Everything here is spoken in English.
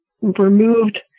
removed